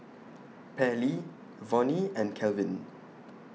Pairlee Vonnie and Kelvin